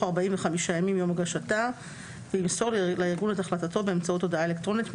45 ימים מיום הגשתה וימסור לארגון את החלטתו באמצעות הודעה אלקטרונית,